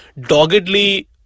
doggedly